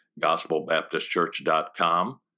gospelbaptistchurch.com